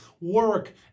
Work